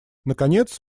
наконец